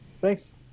thanks